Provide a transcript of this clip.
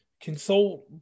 Consult